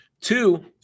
Two